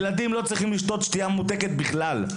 ילדים לא צריכים לשתות שתייה ממותקת בכלל,